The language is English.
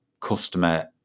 customer